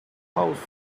house